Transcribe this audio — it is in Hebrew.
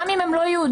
גם אם הם לא יהודים.